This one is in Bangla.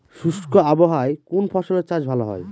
শুষ্ক আবহাওয়ায় কোন ফসলের চাষ ভালো হয়?